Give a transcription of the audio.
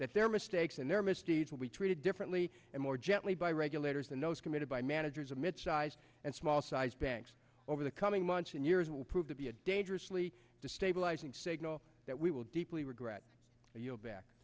that their mistakes and their misdeeds will be treated differently and more gently by regulators and those committed by managers a mid sized and small sized banks over the coming months and years will prove to be a dangerously destabilizing signal that we will deeply regret